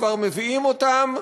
כבר מביאים אותם,